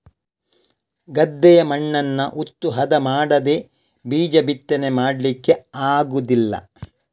ಗದ್ದೆಯ ಮಣ್ಣನ್ನ ಉತ್ತು ಹದ ಮಾಡದೇ ಬೀಜ ಬಿತ್ತನೆ ಮಾಡ್ಲಿಕ್ಕೆ ಆಗುದಿಲ್ಲ